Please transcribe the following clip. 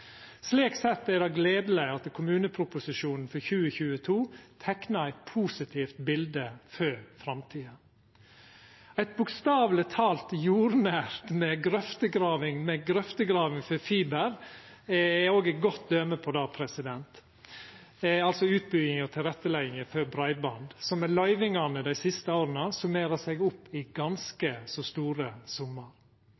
Slik sett er det gledeleg at kommuneproposisjonen for 2022 teiknar eit positivt bilde av framtida. Ei bokstavleg talt jordnær grøftegraving for fiber er eit godt døme på det. Løyvingane til utbygging av og tilrettelegging for breiband har dei siste åra kome opp i